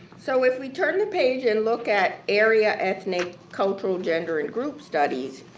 so if we turn to page and look at area ethnic cultural, gender and group studies,